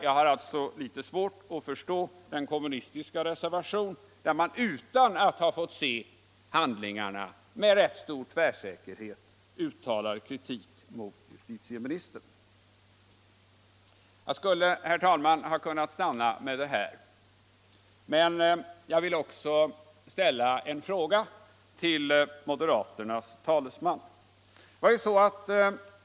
Jag har därför litet svårt att förstå den kommunistiska reservationen, där man utan att ha fått se handlingarna med rätt stor tvärsäkerhet uttalar kritik mot justitieministern. Jag skulle kunna stanna här, herr talman, men jag vill också ställa en fråga till moderaternas talesman.